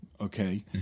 Okay